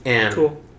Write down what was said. Cool